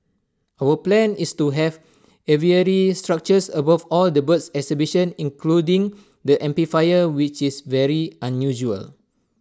our plan is to have aviary structures above all the bird exhibition including the amphitheatre which is very unusual